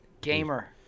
Gamer